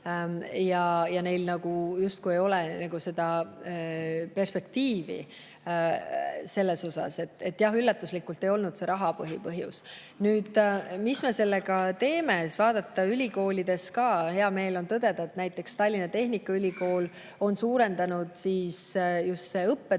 ja neil justkui ei ole perspektiivi selles osas. Jah, üllatuslikult ei olnud raha see põhipõhjus. Nüüd, mis me sellega teeme? Vaadates ülikoole ka, hea meel on tõdeda, et näiteks Tallinna Tehnikaülikool on suurendanud just õppetöö